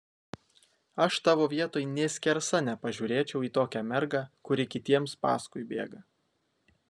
aš tavo vietoj nė skersa nepažiūrėčiau į tokią mergą kuri kitiems paskui bėga